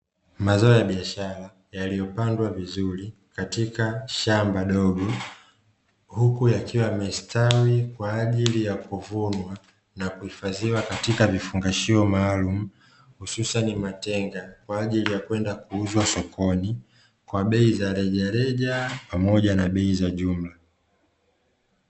Mazao ya biashara yaliyopandwa vizuri katika shamba dogo, huku yakiwa yamestawi kwa ajili ya kuvunwa na kuhifadhiwa katika vifungashio maalumu hususani matenga, kwa ajili ya kuenda kuuzwa sokoni kwa bei za rejareja pamoja na bei za jumla.